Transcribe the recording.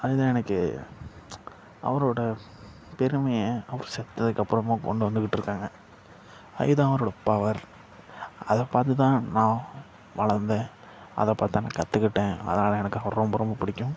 அதுதான் எனக்கு அவரோடய பெருமையை அவர் செத்ததுக்கப்புறமும் கொண்டு வந்துக்கிட்டு இருக்காங்க அதுதான் அவரோடய பவர் அதை பார்த்து தான் நான் வளர்ந்தேன் அதை பார்த்து தான் நான் கத்துக்கிட்டேன் அதனால் எனக்கு அவரை ரொம்ப ரொம்ப பிடிக்கும்